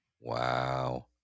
wow